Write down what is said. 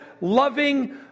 loving